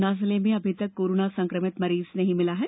गुना जिले में अभी तक कोरोना संक्रमित मरीज नहीं मिला है